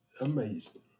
Amazing